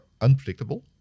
unpredictable